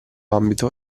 ambito